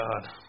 god